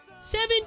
Seven